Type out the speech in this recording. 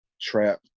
trap